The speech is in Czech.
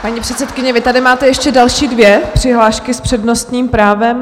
Paní předsedkyně, vy tady máte ještě další dvě přihlášky s přednostním právem.